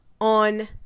on